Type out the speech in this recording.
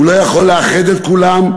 הוא לא יכול לאחד את כולם,